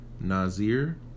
nazir